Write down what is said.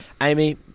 Amy